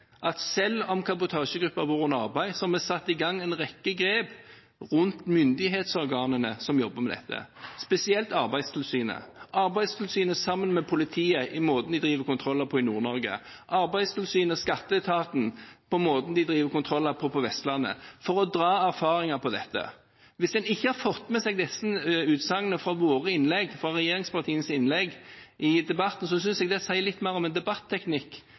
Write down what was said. at selv om kabotasjegruppen har vært under arbeid, har vi satt i gang en rekke tiltak rundt myndighetsorganene som jobber med dette, spesielt Arbeidstilsynet – Arbeidstilsynet sammen med politiet når det gjelder måten de driver kontroller på i Nord-Norge, Arbeidstilsynet og Skatteetaten når det gjelder måten de driver kontroller på på Vestlandet, for å gjøre erfaringer av dette. Hvis en ikke har fått med seg disse utsagnene fra regjeringspartienes innlegg i debatten, synes jeg det sier litt mer om en